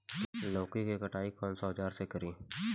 लौकी के कटाई कौन सा औजार से करी?